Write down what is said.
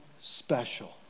special